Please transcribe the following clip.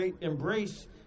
embrace